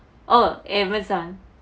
orh Amazon